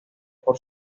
por